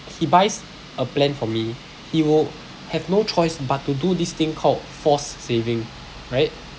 he buys a plan from me he will have no choice but to do this thing called forced saving right